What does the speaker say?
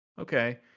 okay